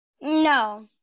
No